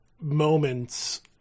moments